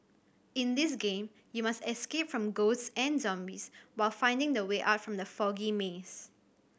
in this game you must escape from ghosts and zombies while finding the way out from the foggy maze